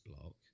block